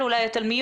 תוכניות